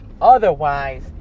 otherwise